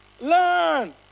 learn